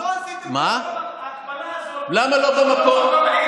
למה לא במקום?